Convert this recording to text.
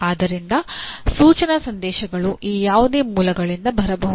ಆದ್ದರಿಂದ ಸೂಚನಾ ಸಂದೇಶಗಳು ಈ ಯಾವುದೇ ಮೂಲಗಳಿಂದ ಬರಬಹುದು